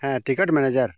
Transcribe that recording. ᱦᱮᱸ ticket manager